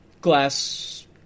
glass